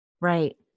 Right